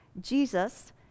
Jesus